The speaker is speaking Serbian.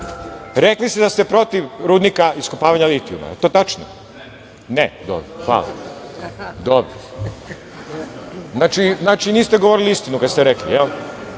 Rekli ste da ste protiv rudnika iskopavanja litijuma. Jel to tačno? Ne. Hvala. Dobro. Znači niste govorili istinu kada ste rekli,